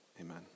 Amen